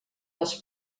els